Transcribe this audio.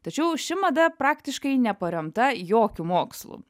tačiau ši mada praktiškai neparemta jokiu mokslu